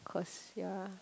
cause ya